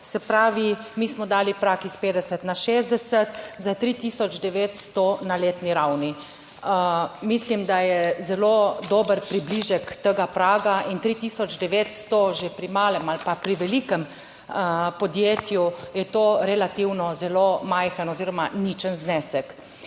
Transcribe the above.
Se pravi, mi smo dali prag iz 50 na 60, za 3 tisoč 900 na letni ravni. Mislim, da je zelo dober približek tega praga in 3 tisoč 900 že pri malem ali pa pri velikem podjetju, je to relativno zelo majhen oziroma ničen znesek.